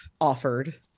offered